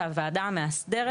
והמועצה המאסדרת,